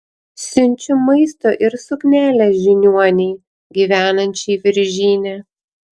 siunčiu maisto ir suknelę žiniuonei gyvenančiai viržyne